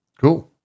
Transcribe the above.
Cool